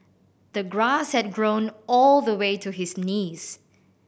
the grass had grown all the way to his knees